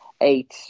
eight